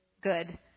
good